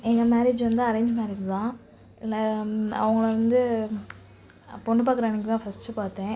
எங்கள் மேரேஜ் வந்து arrange marriage தான் அவங்கள வந்து பொண்ணு பார்க்குற அன்றைக்கிதான் ஃபஸ்ட்டு பார்த்தேன்